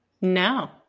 No